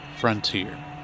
Frontier